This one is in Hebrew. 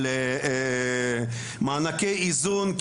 מענקי איזון,